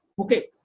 Okay